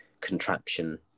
contraption